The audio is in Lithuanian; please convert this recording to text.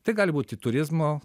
tai gali būti turizmo